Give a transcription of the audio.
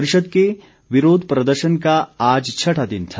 परिषद के विरोध प्रदर्शन का आज छठा दिन था